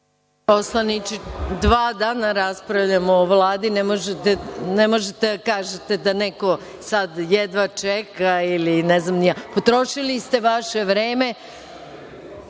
Poslaniče, dva dana raspravljamo o Vladi. Ne možete da kažete da neko sada jedva čeka ili ne znam ni ja. Potrošili ste vaše vreme.